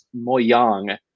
Moyang